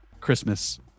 Christmas